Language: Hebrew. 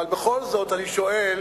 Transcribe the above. אבל בכל זאת אני שואל: